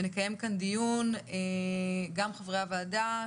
ונקיים כאן דיון עם חברי הוועדה